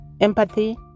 empathy